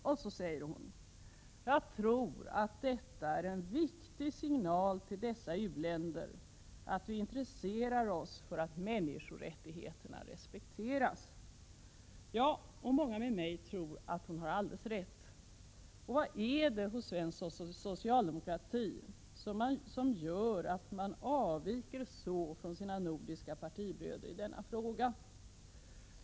Hon sade i debatten att hon trodde att detta är en viktig signal till dessa u-länder att vi intresserar oss för att människorättigheter respekteras. Jag — och många med mig — tror att hon har alldeles rätt. Vad är det hos svensk socialdemokrati som gör att man avviker så från sina nordiska partibröder i denna fråga?